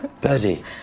Birdie